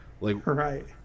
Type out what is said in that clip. Right